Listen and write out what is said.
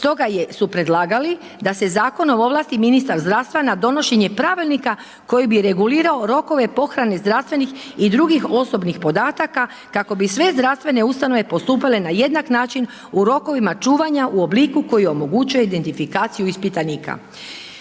Stoga su predlagali, da se zakonom ovlasti ministar zdravstva na donošenje pravilnika koji bi regulirao rokove pohrane zdravstvenih i drugih osobnih podataka kako bi sve zdravstvene ustanove postupale na jednak način u rokovima čuvanja u obliku koji omogućuje identifikaciju ispitanika.